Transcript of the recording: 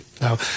Now